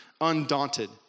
undaunted